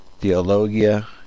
Theologia